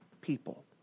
people